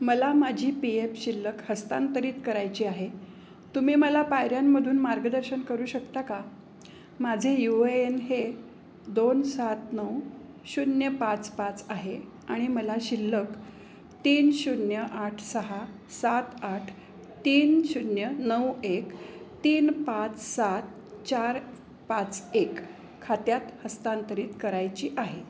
मला माझी P F शिल्लक हस्तांतरित करायची आहे तुम्ही मला पायऱ्यांमधून मार्गदर्शन करू शकता का माझे यू ए एन हे दोन सात नऊ शून्य पाच पाच आहे आणि मला शिल्लक तीन शून्य आठ सहा सात आठ तीन शून्य नऊ एक तीन पाच सात चार पाच एक खात्यात हस्तांतरित करायची आहे